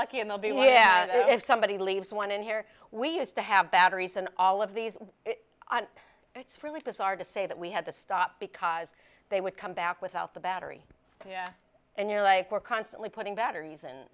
lucky and they'll be if somebody leaves one in here we used to have batteries and all of these and it's really bizarre to say that we had to stop because they would come back without the battery and you're like we're constantly putting batteries and